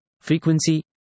frequency